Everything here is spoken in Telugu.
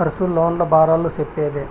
కర్సు, లోన్ల బారాలు సెప్పేదే